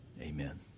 amen